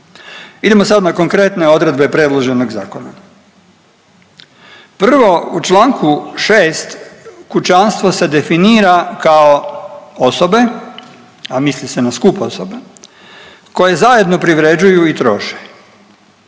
Idemo sad na konkretne odredbe predloženog zakona. Prvo, u čl. 6 kućanstvo se definira kao osobe, a misli se na skup osoba koje zajedno privređuju i troše.